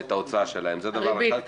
הריבית.